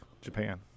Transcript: Japan